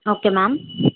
okay ma'am